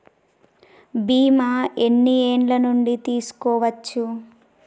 బీమా ఎన్ని ఏండ్ల నుండి తీసుకోవచ్చు?